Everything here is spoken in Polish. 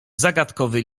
zagadkowy